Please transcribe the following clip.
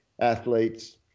athletes